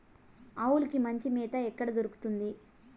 ఆవులకి మంచి మేత ఎక్కడ దొరుకుతుంది?